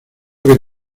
que